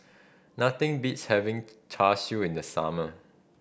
nothing beats having Char Siu in the summer